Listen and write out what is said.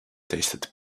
tasted